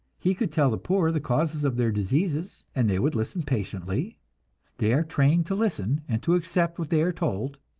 he could tell the poor the causes of their diseases, and they would listen patiently they are trained to listen, and to accept what they are told.